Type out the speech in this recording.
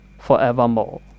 forevermore